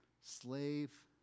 Slave